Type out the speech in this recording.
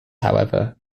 however